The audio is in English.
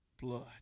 blood